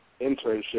internship